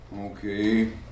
okay